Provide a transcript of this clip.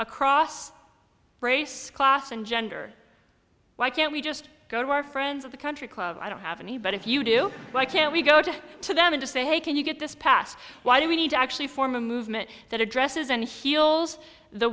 across race class and gender why can't we just go to our friends of the country club i don't have any but if you do why can't we go to to them to say hey can you get this passed why do we need to actually form a movement that addresses and heals the